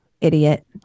Idiot